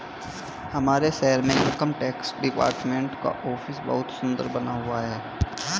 हमारे शहर में इनकम टैक्स डिपार्टमेंट का ऑफिस बहुत सुन्दर बना हुआ है